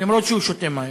למרות שהוא שותה מים,